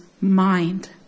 mind